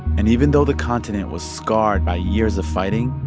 and even though the continent was scarred by years of fighting,